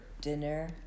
dinner